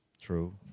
True